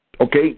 Okay